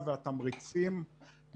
ותיכף אספר מה עשינו ביחד,